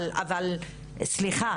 אבל סליחה